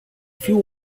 few